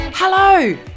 Hello